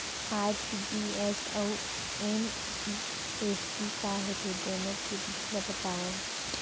RTGS अऊ NEFT का होथे, दुनो के विधि ला बतावव